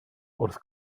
wrth